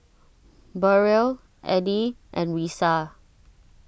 Burrell Eddy and Risa